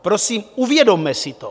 Prosím, uvědomme si to.